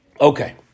Okay